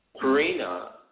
Karina